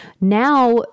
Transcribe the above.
Now